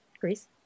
*Greece*